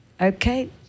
okay